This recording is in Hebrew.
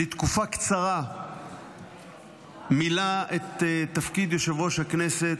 לתקופה קצרה מילא את תפקיד יושב-ראש הכנסת,